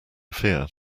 fear